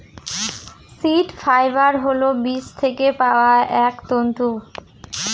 seed fibre হল বীজ থেকে পাওয়া এক তন্তু